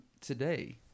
today